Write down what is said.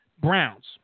Browns